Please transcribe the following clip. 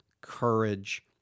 courage